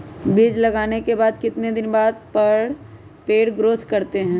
बीज लगाने के बाद कितने दिन बाद पर पेड़ ग्रोथ करते हैं?